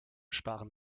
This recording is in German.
sparen